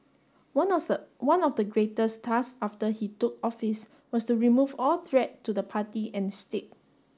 one one of the greatest task after he took office was to remove all threat to the party and state